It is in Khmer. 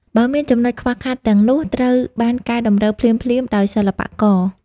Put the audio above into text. បើមានចំណុចខ្វះខាតទាំងនោះត្រូវបានកែតម្រូវភ្លាមៗដោយសិល្បករ។